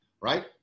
right